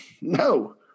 No